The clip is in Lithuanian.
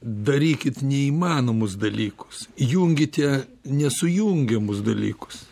darykit neįmanomus dalykus junkite nesujungiamus dalykus